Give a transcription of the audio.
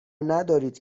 ندارید